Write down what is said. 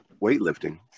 weightlifting